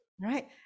right